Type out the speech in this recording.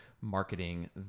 marketing